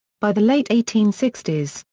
by the late eighteen sixty s,